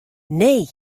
nee